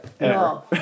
No